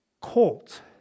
colt